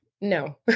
no